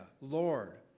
Lord